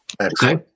okay